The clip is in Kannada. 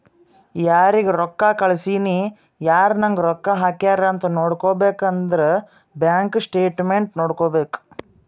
ಯಾರಿಗ್ ರೊಕ್ಕಾ ಕಳ್ಸಿನಿ, ಯಾರ್ ನಂಗ್ ರೊಕ್ಕಾ ಹಾಕ್ಯಾರ್ ಅಂತ್ ನೋಡ್ಬೇಕ್ ಅಂದುರ್ ಬ್ಯಾಂಕ್ ಸ್ಟೇಟ್ಮೆಂಟ್ ನೋಡ್ಬೇಕ್